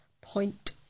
point